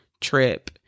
trip